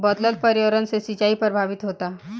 बदलत पर्यावरण से सिंचाई प्रभावित होता